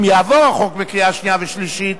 אם יעבור החוק בקריאה שנייה ושלישית,